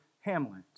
Hamlet